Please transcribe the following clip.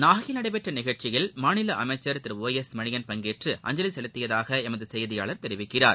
நாகையில் நடைபெற்ற நிகழ்ச்சியில் மாநில அமைச்சர் திரு ஓ எஸ் மணியன் பங்கேற்று அஞ்சலி செலுத்தியதாக எமது செய்தியாளர் தெரிவிக்கிறார்